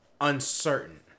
uncertain